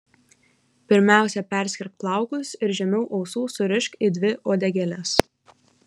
pirmiausia perskirk plaukus ir žemiau ausų surišk į dvi uodegėles